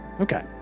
Okay